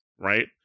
right